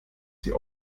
sie